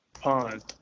Pond